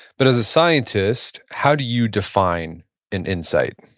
but as a scientist, how do you define an insight?